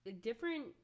different